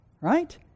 right